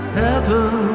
heaven